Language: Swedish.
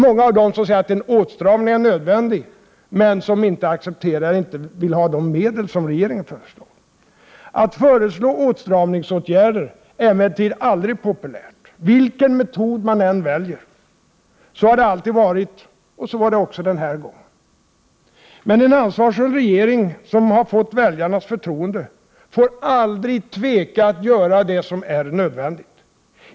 Många säger att en åtstramning är nödvändig, men vill inte acceptera de medel som regeringen föreslår. Att föreslå åtstramningsåtgärder är emellertid aldrig populärt — vilken metod man än väljer. Så har det alltid varit, och så var det också den här gången. Men en ansvarsfull regering som har fått väljarnas förtroende får aldrig tveka att göra det som är nödvändigt.